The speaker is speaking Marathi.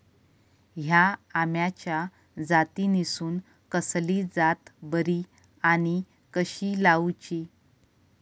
हया आम्याच्या जातीनिसून कसली जात बरी आनी कशी लाऊची?